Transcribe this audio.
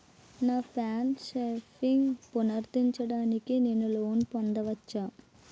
నా పాన్ షాప్ని పునరుద్ధరించడానికి నేను లోన్ పొందవచ్చా?